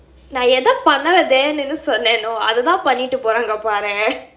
நான் எத பண்ணாதேன்னு சொன்னேனோ அத தான் பண்ணிட்டு போறாங்க பாறேன்:naan etha pannathennu sonnaeno atha thaan pannittu poraanga paaraen